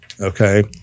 okay